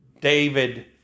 David